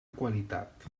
qualitat